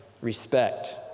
respect